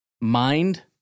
mind